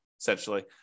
essentially